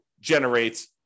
generate